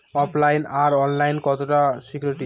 ওফ line আর online কতটা secure?